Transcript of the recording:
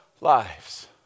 lives